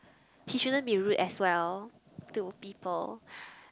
he shouldn't be rude as well to people